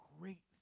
great